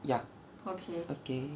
ya okay okay